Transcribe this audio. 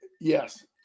Yes